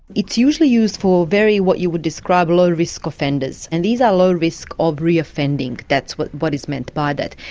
it's usually used for, very, what you would describe, low risk offenders. and these are low risk of reoffending. that's what what is meant by that.